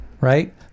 right